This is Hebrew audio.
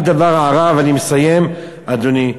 רק הערה ואני מסיים, אדוני.